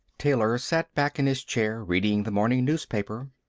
taylor sat back in his chair reading the morning newspaper.